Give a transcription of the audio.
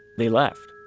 they left.